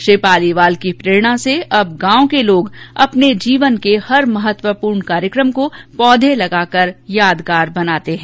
श्री पालीवाल की प्रेरणा से अब गांव के लोग अपने जीवन के हर महत्वपूर्ण कार्यक्रम को पौधे लगाकर यादगार बनाते हैं